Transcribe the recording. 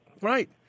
Right